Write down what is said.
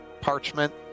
parchment